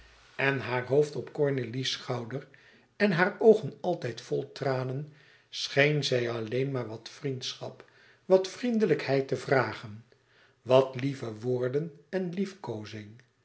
en haar hoofd op cornélie's schouder en hare oogen altijd vol tranen scheen zij alleen maar wat vriendschap wat vriendelijkheid te vragen wat lieve woorden en liefkoozing